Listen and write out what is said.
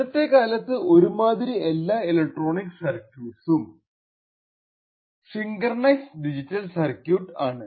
ഇന്നത്തെകാലത്തു ഒരുമാതിരി എല്ലാ ഇലക്ട്രോണിക് സർക്യൂറ്റ്സും സിൻക്രണസ് ഡിജിറ്റൽ സർക്യൂട്സ് ആണ്